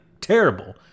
terrible